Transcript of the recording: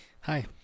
Hi